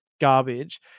garbage